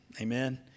Amen